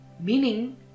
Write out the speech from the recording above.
Meaning